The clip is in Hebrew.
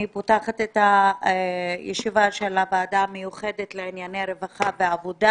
אני פותחת את הישיבה של הוועדה המיוחדת לענייני רווחה ועבודה.